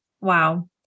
Wow